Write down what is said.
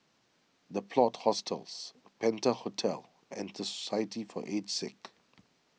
the Plot Hostels Penta Hotel and the Society for Aged Sick